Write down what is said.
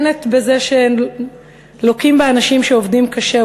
שמתאפיינת בזה שלוקים בה אנשים שעובדים קשה,